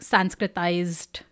Sanskritized